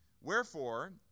Wherefore